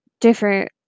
different